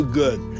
good